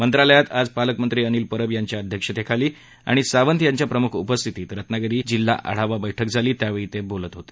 मंत्रालयात आज पालकमंत्री अनिल परब यांच्या अध्यक्षतेखाली आणि सावंत यांच्या प्रमुख उपस्थितीत रत्नागिरी जिल्हा आढावा बैठक झाली त्यावेळी ते बोलत होते